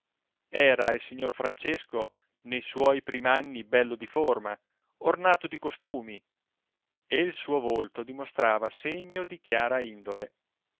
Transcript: era il signor francesco ne suoi prim anni bello di forma ornato di costumi e il suo volto dimostrava segno di chiara indole